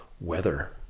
weather